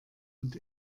und